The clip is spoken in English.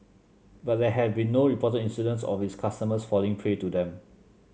but there have been no reported incidents of its customers falling prey to them